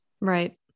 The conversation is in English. Right